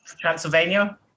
Transylvania